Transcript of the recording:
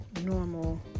normal